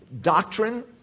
doctrine